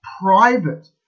private